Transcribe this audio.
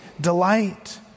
delight